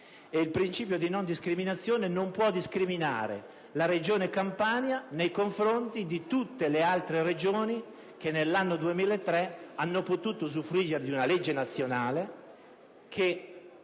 il principio di non discriminazione non permette di discriminare la Regione Campania nei confronti di tutte le altre Regioni che nell'anno 2003 hanno potuto usufruire di una legge nazionale.